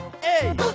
hey